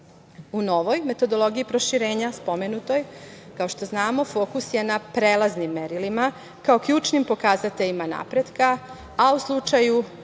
novoj metodologiji proširenja spomenuto je, kao što znamo, fokus je na prelaznim merilima, kao ključnim pokazateljima napretka, a u slučaju